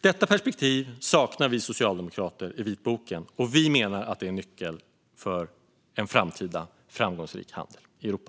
Detta perspektiv saknar vi socialdemokrater i vitboken. Vi menar att det är nyckeln till en framtida framgångsrik handel i Europa.